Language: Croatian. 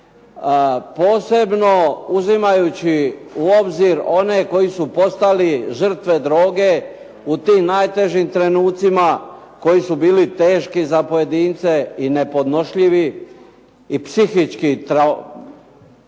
posebno uzimajući u obzir one koji su postali žrtve droge u tim najtežim trenucima koji su bili teški za pojedince i nepodnošljivi i psihički su